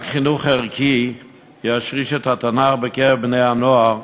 רק חינוך ערכי ישריש אותו בקרב בני-הנוער,